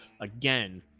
Again